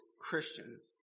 Christians